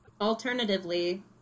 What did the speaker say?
Alternatively